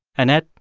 annette,